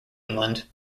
england